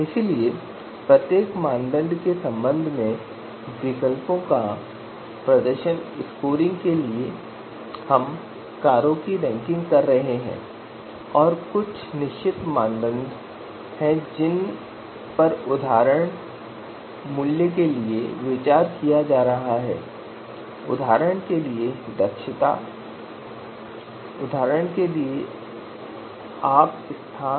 इसलिए प्रत्येक मानदंड के संबंध में विकल्पों का प्रदर्शन स्कोरिंग इसलिए हम कारों की रैंकिंग कर रहे हैं और कुछ निश्चित मानदंड हैं जिन पर उदाहरण मूल्य के लिए विचार किया जा रहा है उदाहरण के लिए दक्षता उदाहरण के लिए आप स्थान